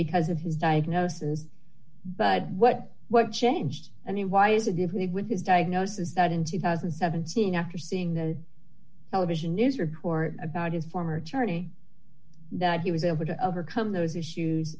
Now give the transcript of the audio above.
because of his diagnosis but what what changed and why is it given with his diagnosis that in two thousand and seventeen after seeing the television news report about his former attorney that he was able to overcome those issues